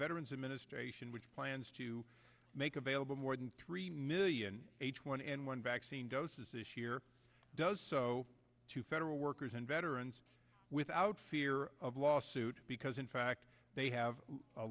veterans administration which plans to make available more than three million h one n one vaccine doses this year does so to federal workers and veterans without fear of lawsuit because in fact they have a